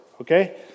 okay